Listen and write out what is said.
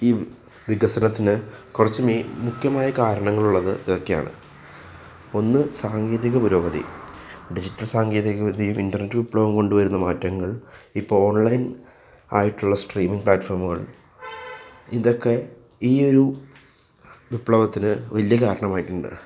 ഈ വികസനത്തിന് കുറച്ച് മെയി മുഖ്യമായി കാരണങ്ങൾ ഉള്ളത് ഇതൊക്കെയാണ് ഒന്ന് സാങ്കേതിക പുരോഗതി ഡിജിറ്റൽ സാങ്കേതികവിദ്യയിൽ ഇൻറ്റർനെറ്റ് വിപ്ലവം കൊണ്ടുവരുന്ന മാറ്റങ്ങൾ ഇപ്പോൾ ഓൺലൈൻ ആയിട്ടുള്ള സ്ട്രീമിംഗ് പ്ലാറ്റുഫോമുകൾ ഇതൊക്കെ ഈ ഒരു വിപ്ലവത്തിന് വലിയ കാരണമായിട്ടുണ്ട്